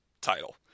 title